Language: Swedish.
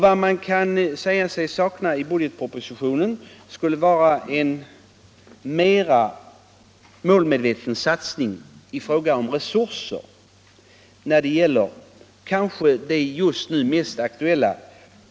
Vad man kan säga sig sakna i budgetpropositionen skulle vara en mera målmedveten satsning i fråga om resurser när det gäller det som just nu kanske är mest aktuellt.